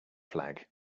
flag